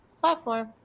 platform